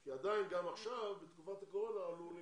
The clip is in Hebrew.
כי עדיין גם עכשיו בתקופת הקורונה עלו עולים,